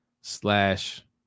slash